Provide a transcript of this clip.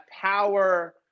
power